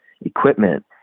equipment